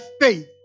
faith